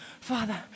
Father